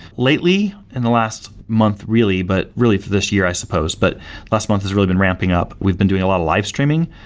lately in the last month really, but really for this year, i suppose, but last month has really been ramping up. we've been doing a lot of live-streaming,